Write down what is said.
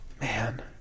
man